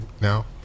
Now